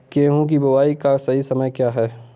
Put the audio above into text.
गेहूँ की बुआई का सही समय क्या है?